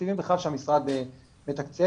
תקציבים בכלל שהמשרד מתקצב,